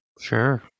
Sure